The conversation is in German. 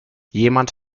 jemand